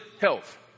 health